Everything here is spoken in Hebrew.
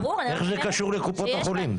איך זה קשור לקופות החולים?